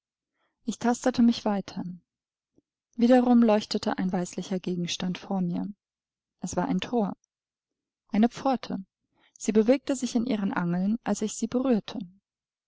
ich tastete mich weiter wiederum leuchtete ein weißlicher gegenstand vor mir es war ein thor eine pforte sie bewegte sich in ihren angeln als ich sie berührte